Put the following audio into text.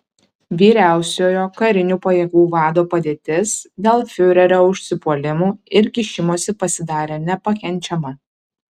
vyriausiojo karinių pajėgų vado padėtis dėl fiurerio užsipuolimų ir kišimosi pasidarė nepakenčiama